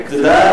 תודה,